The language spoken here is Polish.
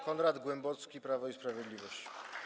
Konrad Głębocki, Prawo i Sprawiedliwość.